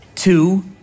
Two